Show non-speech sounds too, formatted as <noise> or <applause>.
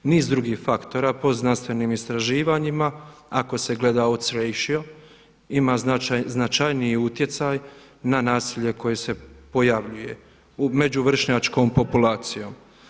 Niz drugih faktora po znanstvenim istraživanjima, ako se gleda … <unintelligible> ima značajniji utjecaj na nasilje koje se pojavljuje među vršnjačkom populacijom.